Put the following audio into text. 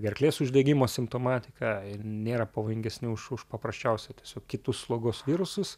gerklės uždegimo simptomatiką ir nėra pavojingesni už už paprasčiausią tiesiog kitus slogos virusus